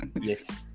Yes